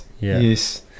yes